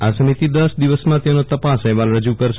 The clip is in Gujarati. આ સમિતિ દશ દિવસમાં તેનો તપાસ અહેવાલ રજૂ કરશે